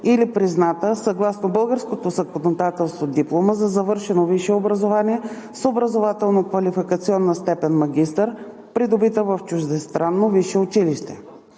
или призната съгласно българското законодателство диплома за завършено висше образование с образователно-квалификационна степен „магистър“, придобита в чуждестранно висше училище.